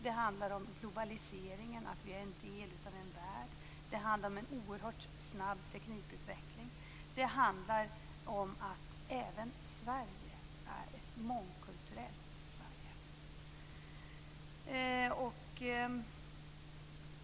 Det handlar om globaliseringen, att vi är en del av en värld. Det handlar om en oerhört snabb teknikutveckling. Det handlar om att även Sverige är ett mångkulturellt land.